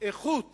שאיכות